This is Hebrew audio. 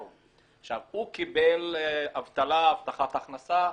הוא קיבל אבטלה, הבטחת הכנסה,